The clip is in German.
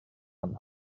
von